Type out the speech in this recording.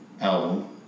album